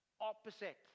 opposite